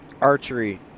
archery